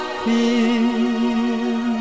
feel